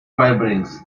beibringst